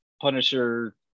Punisher